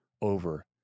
over